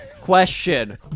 question